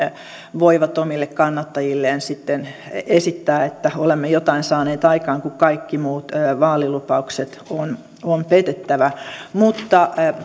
voivat omille kannattajilleen sitten esittää että olemme jotain saaneet aikaan kun kaikki muut vaalilupaukset on on petettävä mutta